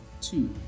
two